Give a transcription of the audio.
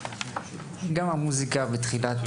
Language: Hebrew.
גם המוזיקה בתחילת